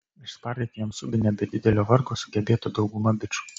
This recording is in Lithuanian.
išspardyti jam subinę be didelio vargo sugebėtų dauguma bičų